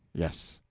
yes.